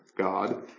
God